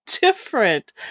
different